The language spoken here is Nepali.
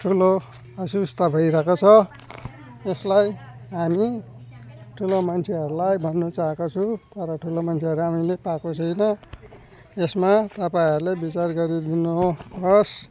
ठुलो असुबिस्ता भइरहेको छ यसलाई हामी ठुलो मान्छेहरूलाई भन्नु चाहेको छु तर ठुलो मान्छेहरू हामीले पाएको छुइनँ यसमा तपाईँहरूले विचार गरिदिनुहोस्